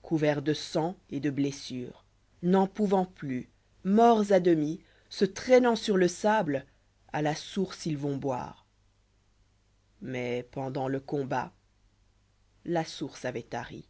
couverts de sang et de blessures n'en pouvant plus morts à demi se traînant sur le sable à la source ils vont boire j mais pendant le combat la source avoit tari